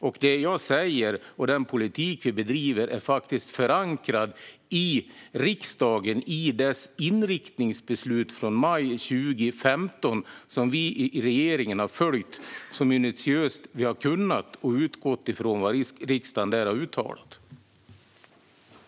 Det som jag säger och den politik som vi bedriver är faktiskt förankrad i riksdagen, i dess inriktningsbeslut från maj 2015. Vi i regeringen har följt det så minutiöst vi har kunnat och utgått från vad riksdagen uttalade där.